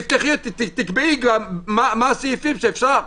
תקבעי גם מה הסעיפים שאפשר.